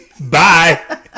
Bye